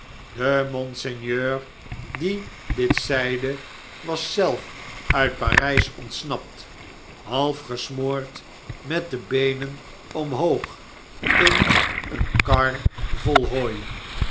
de monseigneur die dit zeide was zelf uit parjs ontsnapt half gesmoord met de beenen omhoog in eene kar vol hooi